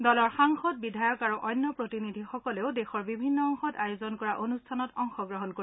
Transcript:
দলৰ সাংসদ বিধায়ক আৰু অন্য প্ৰতিনিধিসকলেও দেশৰ বিভিন্ন অংশত আয়োজন কৰা অনুষ্ঠানত অংশগ্ৰহণ কৰিব